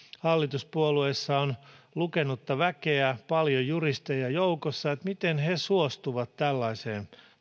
hallituspuolueissa on lukenutta väkeä paljon juristeja joukossa niin miten he suostuvat tällaiseen